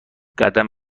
قدم